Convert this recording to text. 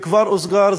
והוא כבר הוזכר,